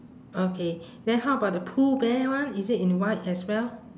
okay then how about the pooh bear one is it in white as well